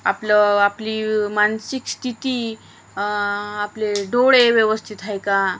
आपलं आपली मानसिक स्थिती आपले डोळे व्यवस्थित आहे का